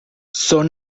son